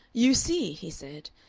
you see he said,